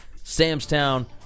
Samstown